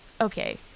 okay